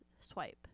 swipe